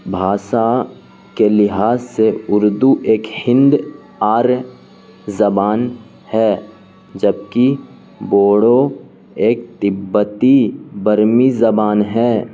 بھاسا کے لحاظ سے اردو ایک ہند آریہ زبان ہے جبکہ بوڑو ایک تبتی برمی زبان ہے